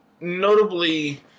notably